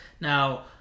Now